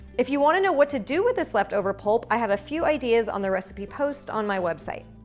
if you wanna know what to do with this left over pulp, i have a few ideas on the recipe post on my website.